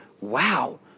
wow